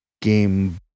Game